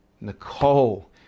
Nicole